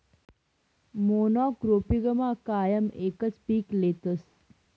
मोनॉक्रोपिगमा कायम एकच पीक लेतस